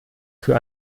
für